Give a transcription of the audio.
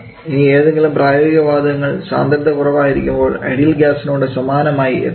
ഇനി ഏതെങ്കിലും പ്രായോഗിക വാതകങ്ങൾ സാന്ദ്രത കുറ വായിരിക്കുമ്പോൾ ഐഡിയൽ ഗ്യാസ്നോട് സമാനമായി എത്തുന്നു